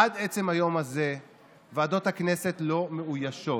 עד עצם היום הזה ועדות הכנסת לא מאוישות.